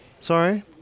Sorry